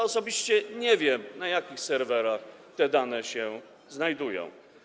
Osobiście nie wiem, na jakich serwerach te dane się znajdują.